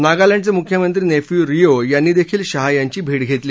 नागालँडचे मुख्यमंत्री नेफ्यू रियो यांनी देखील शाह यांची भेट घेतली